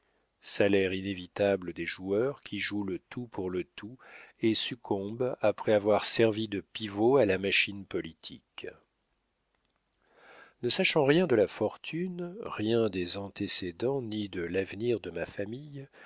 salaire inévitable des joueurs qui jouent le tout pour le tout et succombent après avoir servi de pivot à la machine politique ne sachant rien de la fortune rien des antécédents ni de l'avenir de ma famille